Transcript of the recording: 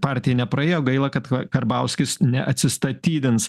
partija nepraėjo gaila kad karbauskis neatsistatydins